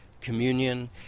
communion